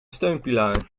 steunpilaar